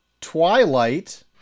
Twilight